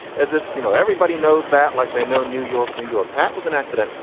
as if, you know, everybody knows that. like they know new york. new york. that was an accident.